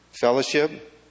Fellowship